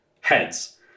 heads